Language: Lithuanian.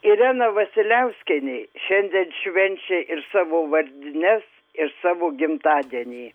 irena vasiliauskienė šiandien švenčia ir savo vardines ir savo gimtadienį